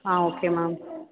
ah okay ma'am